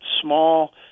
small